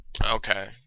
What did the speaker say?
Okay